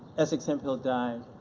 essex hemphill died,